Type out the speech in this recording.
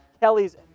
Kelly's